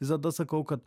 visada sakau kad